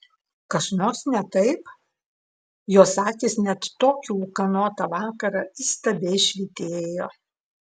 kas nors ne taip jos akys net tokį ūkanotą vakarą įstabiai švytėjo